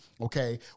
Okay